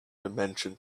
dimension